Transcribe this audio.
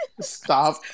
Stop